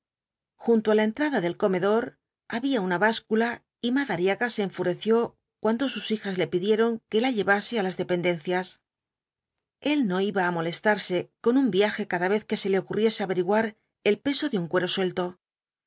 junto á la entrada del comedor había una báscula y madariaga se enfureció cuando sus hijas le pidieron que la llevase á las dependencias el no iba á molestarse con un viaje cada vez que se le ocurriese averiguar el peso de un cuero suelto un